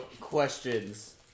questions